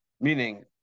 meaning